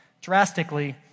drastically